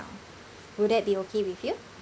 will that be okay with you